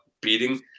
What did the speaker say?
beating